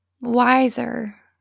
wiser